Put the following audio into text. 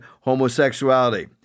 homosexuality